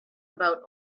about